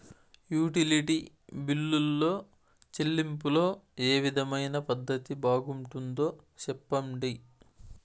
Utility బిల్లులో చెల్లింపులో ఏ విధమైన పద్దతి బాగుంటుందో సెప్పండి?